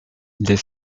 des